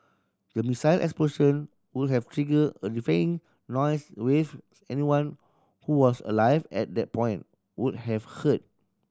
the missile explosion would have triggered a deafening noise wave anyone who was alive at that point would have heard